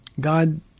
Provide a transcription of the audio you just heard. God